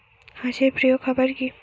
হাঁস এর প্রিয় খাবার কি?